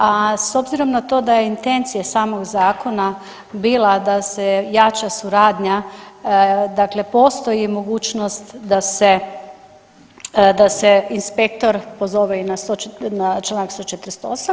A s obzirom na to da je intencija samog zakona bila da se jača suradnja, dakle postoji mogućnost da se inspektor pozove i na članak 148.